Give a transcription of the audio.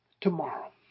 tomorrow